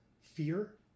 fear